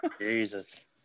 Jesus